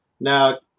now